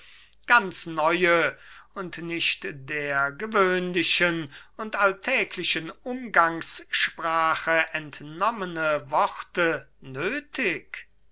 ganz neue und nicht der gewöhnliche und alltäglichen umgangssprache entnommene worte nöthig